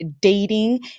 dating